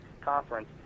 conference